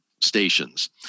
stations